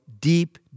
deep